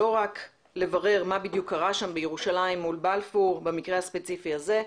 לא רק לברר מה בדיוק קרה שם בירושלים מול בלפור במקרה הספציפי הזה,